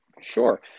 sure